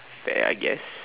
fair I guess